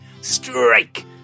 Strike